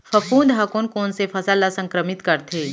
फफूंद ह कोन कोन से फसल ल संक्रमित करथे?